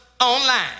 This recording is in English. online